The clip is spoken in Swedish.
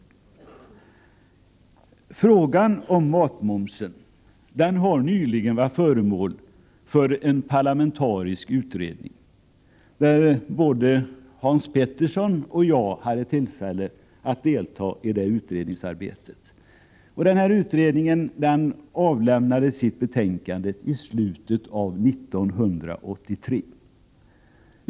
Frågan om matmomsen har nyligen varit föremål för en parlamentarisk utredning, i vilken både Hans Petersson i Hallstahammar och jag hade tillfälle att delta. Utredningen avlämnade sitt betänkande i slutet av 1983.